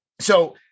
So-